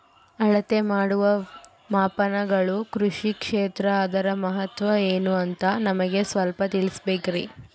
ಅಳತೆ ಮಾಡುವ ಮಾಪನಗಳು ಕೃಷಿ ಕ್ಷೇತ್ರ ಅದರ ಮಹತ್ವ ಏನು ಅಂತ ನಮಗೆ ಸ್ವಲ್ಪ ತಿಳಿಸಬೇಕ್ರಿ?